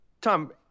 Tom